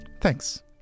thanks